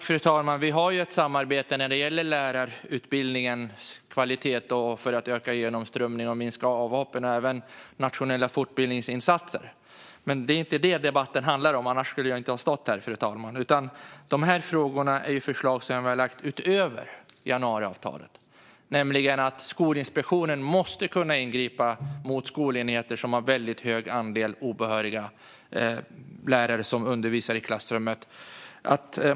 Fru talman! Vi har samarbete när det gäller lärarutbildningens kvalitet för att öka genomströmningen och minska avhoppen. Vi har även nationella fortbildningsinsatser. Men det är inte det som debatten handlar om. Annars skulle jag inte ha stått här, fru talman. Detta gäller förslag som vi har lagt fram utöver januariavtalet: Skolinspektionen måste kunna ingripa mot skolenheter som har väldigt stor andel obehöriga lärare som undervisar i klassrummet.